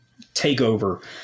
takeover